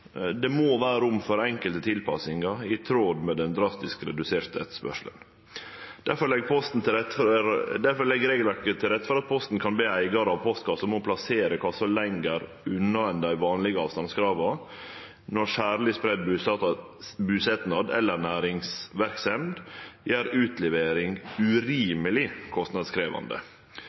det andre er at det må vere rom for enkelte tilpassingar, i tråd med den drastisk reduserte etterspørselen. Difor legg regelverket til rette for at Posten kan be eigarar av postkasse om å plassere kassa lenger unna enn dei vanlege avstandskrava når særleg spreidd busetnad eller næringsverksemd gjer utlevering urimeleg kostnadskrevjande.